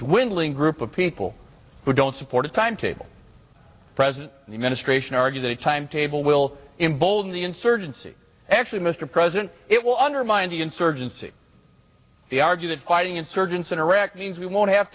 dwindling group of people who don't support a timetable president the ministration argue that a timetable will embolden the insurgency actually mr president it will undermine the insurgency the argue that fighting insurgents in iraq means we won't have